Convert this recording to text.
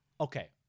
Okay